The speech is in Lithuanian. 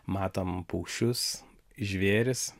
matom paukščius žvėris